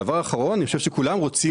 דבר אחרון, אני חושב שכולם רוצים